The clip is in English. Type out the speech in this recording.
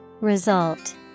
Result